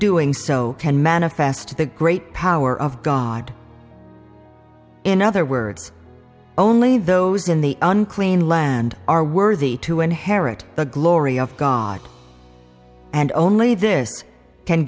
doing so can manifest the great power of god in other words only those in the unclean land are worthy to inherit the glory of god and only